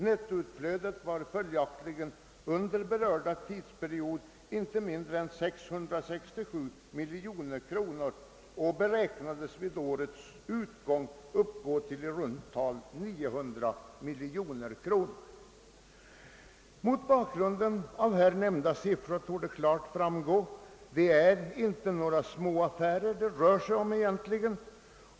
Nettoutflödet var följaktligen under berörda tidsperiod inte mindre än 667 miljoner kronor och beräknades vid årets utgång uppgå till i runt tal 900 miljoner kronor. Mot bakgrunden av de nämnda siffrorna torde klart framgå att det inte rör sig om några småaffärer.